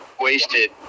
wasted